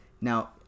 Now